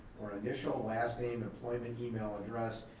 or initial last name, employment email address,